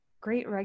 great